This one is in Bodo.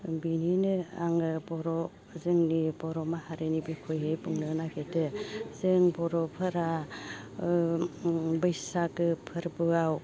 बिनिनो आङो बर' जोंनि बर' माहारिनि बिखयै बुंनो नागेरदो जों बर'फोरा ओ बैसागो फोरबोआव